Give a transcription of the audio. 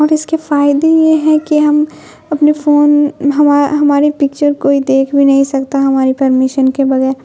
اور اس کے فائدے یہ ہیں کہ ہم اپنے فون ہماری پکچر کوئی دیکھ بھی نہیں سکتا ہماری پرمیشن کے بغیر